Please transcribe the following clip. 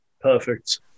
perfect